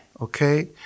Okay